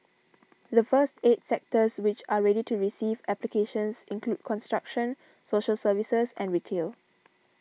the first eight sectors which are ready to receive applications include construction social services and retail